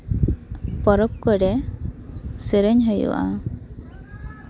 ᱯᱚᱨᱚᱵᱽ ᱠᱚᱨᱮ ᱥᱮᱨᱮᱧ ᱦᱩᱭᱩᱜᱼᱟ